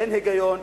אין היגיון,